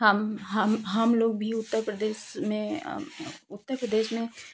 हम हम हम लोग भी उत्तर प्रदेश में उत्तर प्रदेश में